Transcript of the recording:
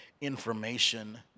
information